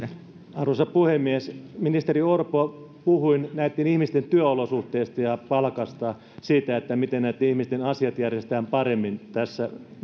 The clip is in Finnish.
arvoisa puhemies ministeri orpo puhuin näitten ihmisten työolosuhteista ja palkasta siitä miten näitten ihmisten asiat järjestetään paremmin tässä